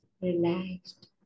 relaxed